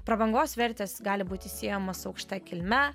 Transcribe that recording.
prabangos vertės gali būti siejamos su aukšta kilme